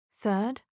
Third